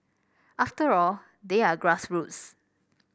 after all they are grassroots